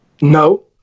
No